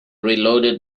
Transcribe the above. reloaded